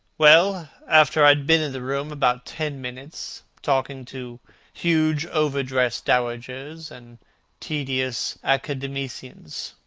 well, after i had been in the room about ten minutes, talking to huge overdressed dowagers and tedious academicians,